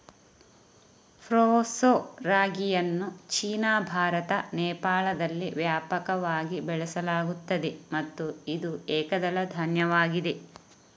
proso ರಾಗಿಯನ್ನು China, Bharat, ನೇಪಾಳದಲ್ಲಿ ವ್ಯಾಪಕವಾಗಿ ಬೆಳೆಸಲಾಗುತ್ತದೆ ಮತ್ತು ಇದು ಏಕದಳ ಧಾನ್ಯವಾಗಿದೆ